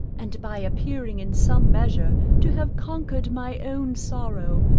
and by appearing in some measure to have conquered my own sorrow,